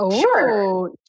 Sure